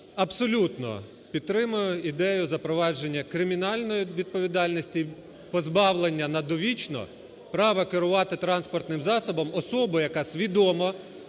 Абсолютно підтримую ідею запровадження кримінальної відповідальності позбавлення на довічно права керувати транспортним засобом особу, яка свідомо